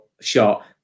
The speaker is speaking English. shot